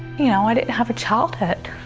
you know, i didn't have a childhood.